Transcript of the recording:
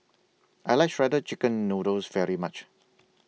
I like Shredded Chicken Noodles very much